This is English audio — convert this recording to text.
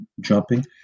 jumping